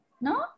no